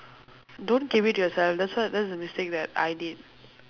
don't keep it to yourself that's what that's the mistake that I did